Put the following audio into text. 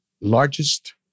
largest